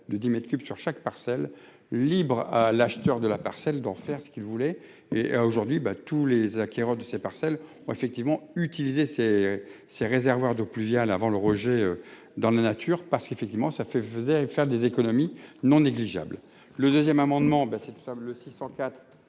cubes sur chaque parcelle libre à l'acheteur de la parcelle d'en faire ce qu'il voulait et aujourd'hui ben tous les acquéreurs de ces parcelles ont effectivement utilisé ces ces réservoirs d'eau pluviale avant le rejet dans la nature parce qu'effectivement ça fait, vous allez faire des économies. Non négligeable : le 2ème amendement ben c'est le sable six cent